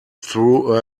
through